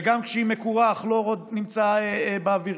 וגם כשהיא מקורה הכלור עוד נמצא באוויר,